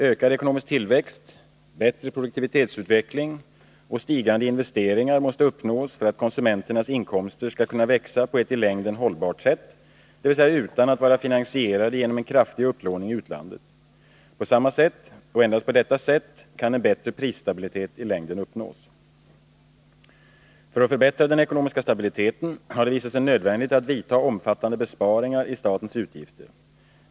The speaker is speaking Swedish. Ökad ekonomisk tillväxt, bättre produktivitetsutveckling och stigande investeringar måste uppnås för att konsumenternas inkomster skall kunna växa på ett i längden hållbart sätt dvs. utan att vara finansierade genom en kraftig upplåning i utlandet. På samma sätt och endast på detta sätt kan en bättre prisstabilitet i längden uppnås. För att förbättra den ekonomiska stabiliteten har det visat sig nödvändigt att vidta omfattande besparingar i statens utgifter.